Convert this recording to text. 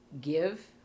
give